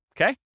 okay